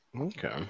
okay